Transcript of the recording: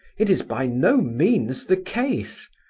it is by no means the case!